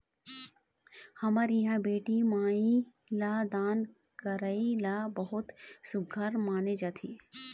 हमर इहाँ बेटी माई ल दान करई ल बहुत सुग्घर माने जाथे